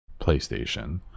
PlayStation